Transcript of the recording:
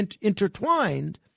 intertwined